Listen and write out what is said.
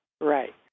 right